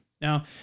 Now